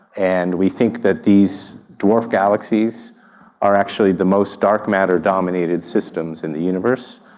and we think that these dwarf galaxies are actually the most dark matter dominated systems in the universe.